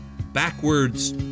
backwards